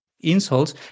insults